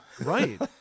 Right